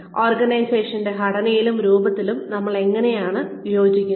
ഓർഗനൈസേഷൻന്റെ ഘടനയിലും രൂപത്തിലും നമ്മൾ എവിടെയാണ് യോജിക്കുന്നത്